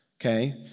Okay